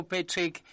Patrick